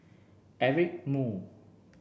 Eric Moo